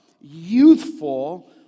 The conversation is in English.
Youthful